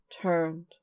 turned